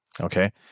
Okay